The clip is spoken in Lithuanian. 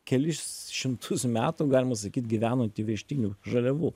kelis šimtus metų galima sakyt gyveno ant įvežtinių žaliavų